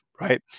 right